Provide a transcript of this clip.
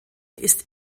ist